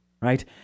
right